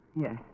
yes